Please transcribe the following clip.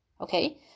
okay